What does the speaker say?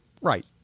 Right